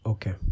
Okay